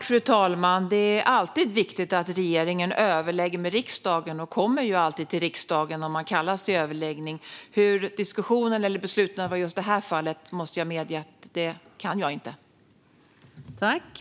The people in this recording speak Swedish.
Fru talman! Det är alltid viktigt att regeringen överlägger med riksdagen, och vi kommer alltid till riksdagen om vi kallas till överläggning. Jag måste dock medge att jag inte känner till hur diskussionen och besluten såg ut i just detta fall.